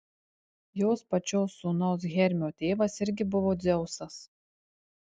jos pačios sūnaus hermio tėvas irgi buvo dzeusas